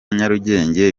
nyarugenge